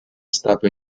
stato